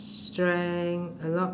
strength a lot